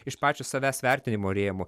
iš pačio savęs vertinimo rėmų